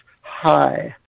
high